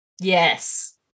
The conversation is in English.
Yes